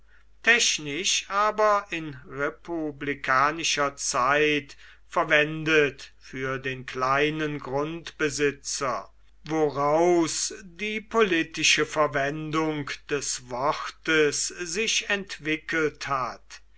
technisch aber in republikanischer zeit verwendet für den kleinen grundbesitzer woraus die politische verwendung des wortes sich entwickelt hat